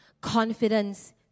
confidence